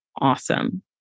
awesome